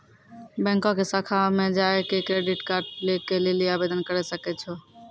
बैंको के शाखा मे जाय के क्रेडिट कार्ड के लेली आवेदन करे सकै छो